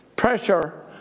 Pressure